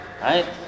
Right